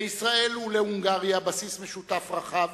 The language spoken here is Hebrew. לישראל ולהונגריה בסיס משותף רחב,